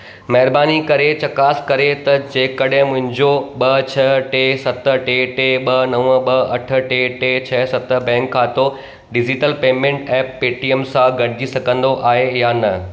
महिरबानी करे चकास करे त जेकॾहिं मुंहिंजो ॿ छह टे सत टे टे ॿ नव ॿ अठ टे टे छह सत बैंक खातो डिजिटल पेमेंट ऐप पेटीएम सां गॾिजी सघंदो आहे या न